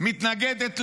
מתנגדת לגיור,